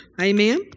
Amen